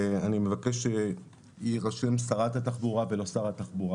ואני מבקש שיירשם "שרת התחבורה" ולא "שר התחבורה",